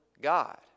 God